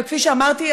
כפי שאמרתי,